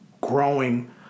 growing